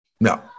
No